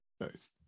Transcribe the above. nice